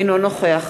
אינו נוכח